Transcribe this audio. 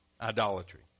Idolatry